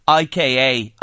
IKA